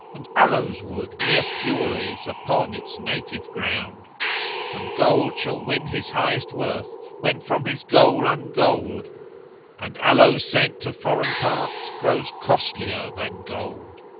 and aloes-wood mere fuel is upon its native ground and gold shall win his highest worth when from his goal ungoal'd and aloes sent to foreign parts grows costlier than gold.